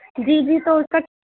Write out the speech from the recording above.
جی جی تو اس کا